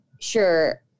sure